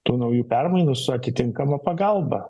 tų naujų permainų su atitinkama pagalba